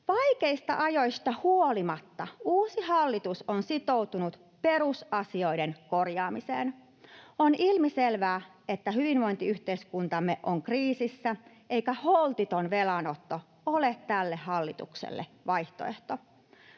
Vaikeista ajoista huolimatta uusi hallitus on sitoutunut perusasioiden korjaamiseen. On ilmiselvää, että hyvinvointiyhteiskuntamme on kriisissä eikä holtiton velanotto ole tälle hallitukselle vaihtoehto.